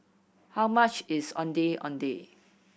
how much is Ondeh Ondeh